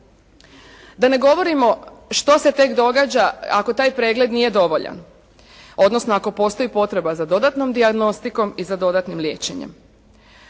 Da ne govorimo što se tek događa ako taj pregled nije dovoljan odnosno ako postoji potreba za dodatnom dijagnostikom i za dodatnim liječenjem.